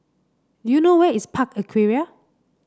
do you know where is Park Aquaria